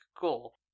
goal